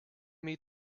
meet